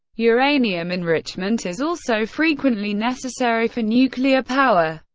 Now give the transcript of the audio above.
uranium enrichment is also frequently necessary for nuclear power.